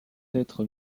être